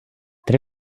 три